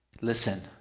Listen